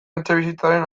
etxebizitzaren